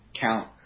count